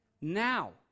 now